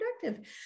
productive